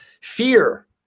fear